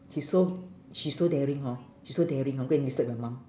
he so she so daring hor she so daring hor go and disturb your mum